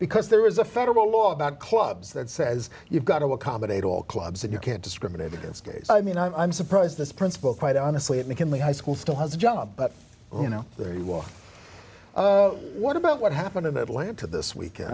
because there is a federal law about clubs that says you've got to accommodate all clubs and you can't discriminate against gays i mean i'm surprised this principal quite honestly at mckinley high school still has a job but you know very well what about what happened in atlanta this week